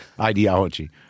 ideology